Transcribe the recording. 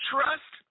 Trust